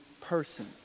person